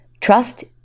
trust